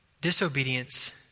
Disobedience